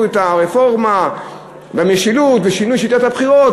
את הרפורמה במשילות ושינוי שיטת הבחירות?